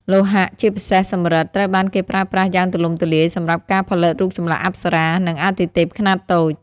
លោហៈ ជាពិសេសសំរិទ្ធ ត្រូវបានគេប្រើប្រាស់យ៉ាងទូលំទូលាយ សម្រាប់ការផលិតរូបចម្លាក់អប្សរា និងអាទិទេពខ្នាតតូច។